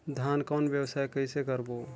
धान कौन व्यवसाय कइसे करबो?